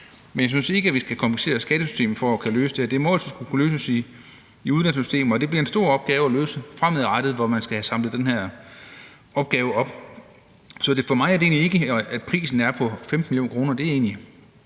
Men jeg synes ikke, at vi skal komplicere skattesystemet for at kunne løse det her, og det må altså kunne løses i uddannelsessystemet, og det bliver en stor opgave at løse det fremadrettet, hvor man skal have samlet den her opgave op. Så for mig er problemet ikke, at prisen er på 15 mio. kr.,